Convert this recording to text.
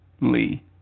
Lee